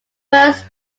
first